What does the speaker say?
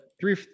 three